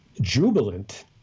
jubilant